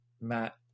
Matt